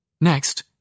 Next